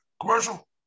Commercial